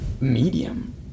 medium